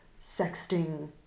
sexting